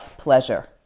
pleasure